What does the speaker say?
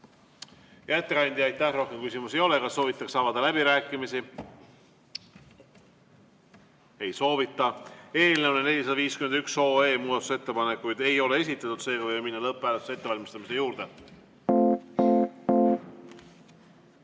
ettekandja, aitäh! Rohkem küsimusi ei ole. Kas soovitakse avada läbirääkimisi? Ei soovita. Eelnõu 451 kohta muudatusettepanekuid ei ole esitatud, seega võime minna lõpphääletuse ettevalmistamise juurde.